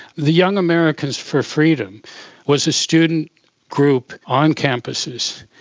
the young americans for freedom was a student group on campuses,